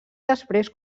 després